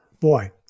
boy